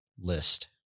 list